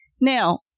Now